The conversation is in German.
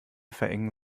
verengen